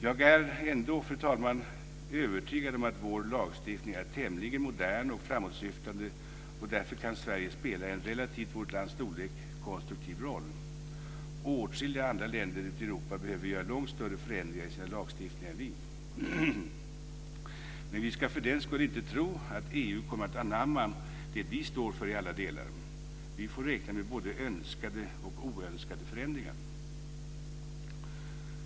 Jag är ändå, fru talman, övertygad om att vår lagstiftning är tämligen modern och framåtsyftande, och därför kan Sverige spela en relativt vårt lands storlek konstruktiv roll. Åtskilliga andra länder ute i Europa behöver göra långt större förändringar i sin lagstiftning än vi. Men vi ska för den sakens skull inte tro att EU kommer att anamma det som vi står för i alla delar. Vi får räkna med både önskade och oönskade förändringar.